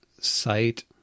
site